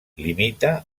limita